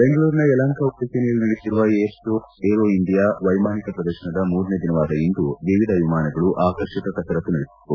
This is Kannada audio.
ಬೆಂಗಳೂರಿನ ಯಲಹಂಕ ವಾಯುನೆಲೆಯಲ್ಲಿ ನಡೆಯುತ್ತಿರುವ ಏರೋ ಇಂಡಿಯಾ ವ್ಯೆಮಾನಿಕ ಪ್ರದರ್ಶನದ ಮೂರನೇ ದಿನವಾದ ಇಂದು ವಿವಿಧ ವಿಮಾನಗಳು ಆಕರ್ಷಕ ಕಸರತ್ತು ನಡೆಸಿದವು